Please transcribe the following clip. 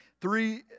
Three